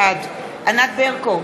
בעד ענת ברקו,